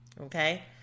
Okay